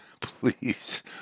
please